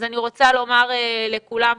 אני רוצה לומר לכולם,